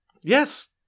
Yes